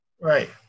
Right